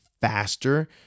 faster